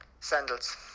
Sandals